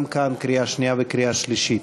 גם כאן בקריאה שנייה ובקריאה שלישית.